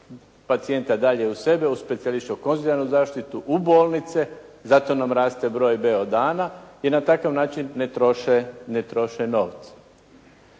pacijenta dalje od sebe, u specijalističko-konzilijarnu zaštitu, u bolnice, zato nam raste beodana i na takav način ne troše novce.